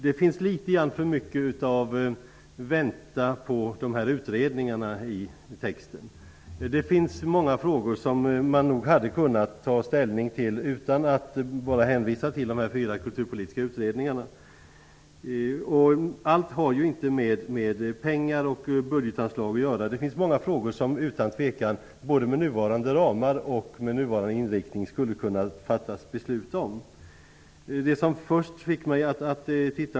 Det finns litet för mycket av ''vänta på utredningarna''. Det finns många frågor som man hade kunnat ta ställning till i stället för att bara hänvisa till de fyra kulturpolitiska utredningarna. Allt har inte med pengar och budgetanslag att göra. Det finns många frågor som det utan tvekan både med nuvarande ramar och med nuvarande inriktning skulle ha kunnat fattas beslut om.